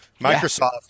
Microsoft